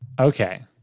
Okay